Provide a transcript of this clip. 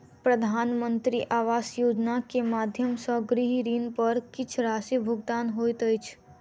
प्रधानमंत्री आवास योजना के माध्यम सॅ गृह ऋण पर किछ राशि भुगतान होइत अछि